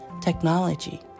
technology